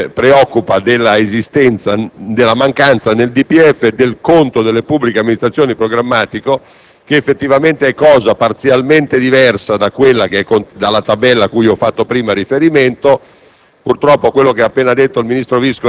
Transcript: Il senatore Baldassarri si preoccupa della mancanza nel DPEF del conto delle pubbliche amministrazioni programmatico, che effettivamente è cosa parzialmente diversa dalla tabella cui ho fatto prima riferimento.